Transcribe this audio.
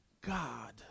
God